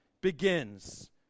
begins